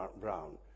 Brown